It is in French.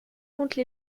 contre